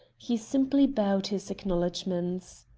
he simply bowed his acknowledgements.